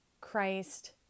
Christ